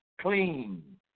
clean